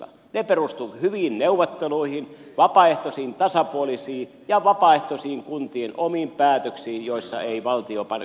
ne perustuivat hyviin neuvotteluihin tasapuolisiin ja vapaaehtoisiin kuntien omiin päätöksiin joissa ei valtio paljon painanut päälle